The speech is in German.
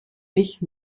mich